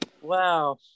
Wow